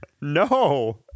No